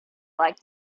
like